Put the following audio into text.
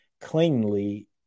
cleanly